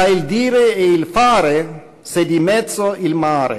Tra il dire e il fare c'e di mezzo il mare,